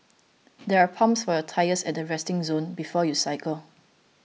there are pumps for your tyres at the resting zone before you cycle